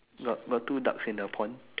got got two ducks in the pond